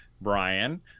Brian